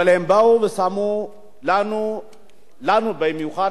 אבל הם באו ושמו לנו לנו במיוחד,